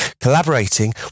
Collaborating